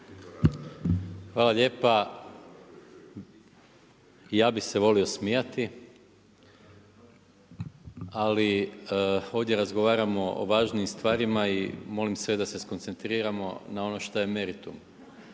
Hvala lijepa. I ja bi se volio smijati, ali ovdje razgovaramo o važnijim stvarima i molim sve da se skoncentriramo na ono što je meritum.